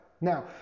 Now